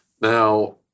Now